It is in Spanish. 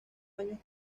años